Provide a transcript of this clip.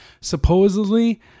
Supposedly